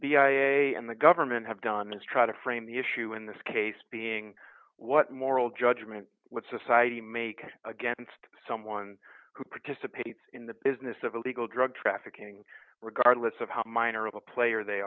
a and the government have done is try to frame the issue in this case being what moral judgment what society make against someone who participates in the business of illegal drug trafficking regardless of how minor of a player they